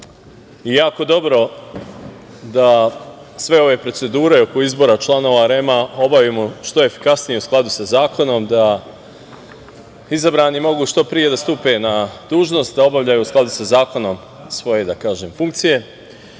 je jako dobro da sve ove procedure oko izbora članova REM-a obavimo što efikasnije, u skladu sa zakonom, da izabrani mogu što pre da stupe na dužnost, da obavljaju u skladu sa zakonom svoje funkcije. Takođe,